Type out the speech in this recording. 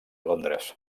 londres